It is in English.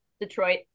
Detroit